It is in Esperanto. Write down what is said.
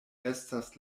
estas